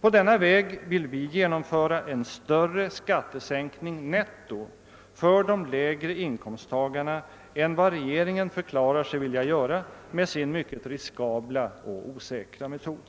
På denna väg vill vi genomföra en större skattesänkning netto för de lägre inkomsttagarna än vad regeringen förklarar sig vilja göra med sin mycket riskabla och osäkra metod.